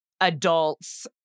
adults